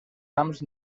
camps